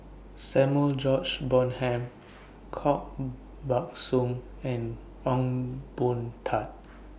Samuel George Bonham Koh Buck Song and Ong Boon Tat